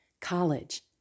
college